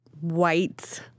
white